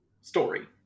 story